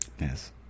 Yes